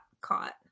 caught